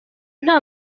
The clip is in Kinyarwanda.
nta